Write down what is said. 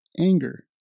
anger